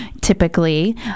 typically